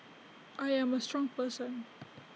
I am A strong person